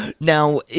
now